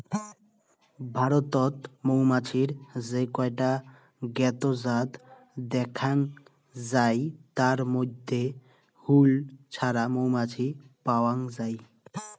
ভারতত মৌমাছির যে কয়টা জ্ঞাত জাত দ্যাখ্যাং যাই তার মইধ্যে হুল ছাড়া মৌমাছি পাওয়াং যাই